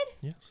Yes